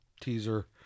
teaser